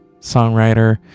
songwriter